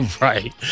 Right